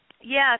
yes